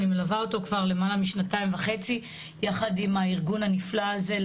אני מלווה אותו כבר למעלה משנתיים וחצי יחד עם הארגון הנפלא הזה,